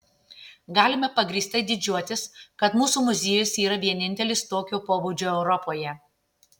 galime pagrįstai didžiuotis kad mūsų muziejus yra vienintelis tokio pobūdžio europoje